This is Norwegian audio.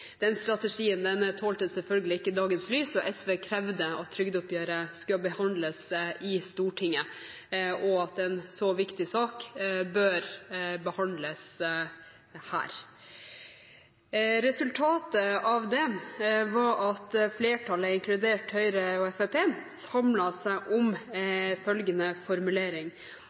den vekk. Den strategien tålte selvfølgelig ikke dagens lys, og SV krevde at trygdeoppgjøret skulle behandles i Stortinget, og at en så viktig sak bør behandles her. Resultatet av det var at flertallet, inkludert Høyre og Fremskrittspartiet, samlet seg om følgende formulering: